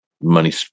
money